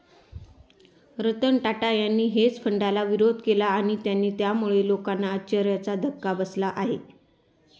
रतन टाटा यांनी हेज फंडाला विरोध केला आणि त्यामुळे लोकांना आश्चर्याचा धक्का बसला आहे